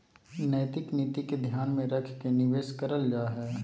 नैतिक नीति के ध्यान में रख के निवेश करल जा हइ